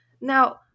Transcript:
Now